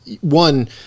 one